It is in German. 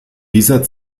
dieser